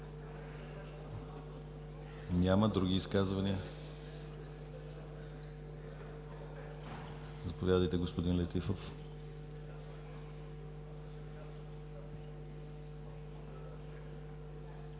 Няма. Други изказвания – заповядайте, господин Летифов.